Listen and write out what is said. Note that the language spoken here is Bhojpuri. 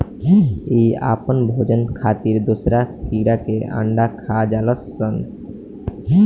इ आपन भोजन खातिर दोसरा कीड़ा के अंडा खा जालऽ सन